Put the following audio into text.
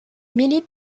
milite